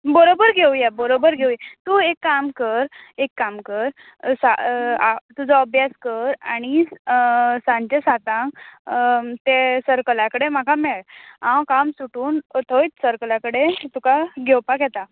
बरोबर घेवया बरोबर घेवया तूं एक काम कर एक काम कर तुजो अभ्यास कर आनी सांचे सातांक ते सर्कला कडेन म्हाका मेळ हांव सुटून थंय सर्कला कडेन तुका घेवपाक येता